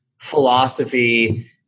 philosophy